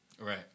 Right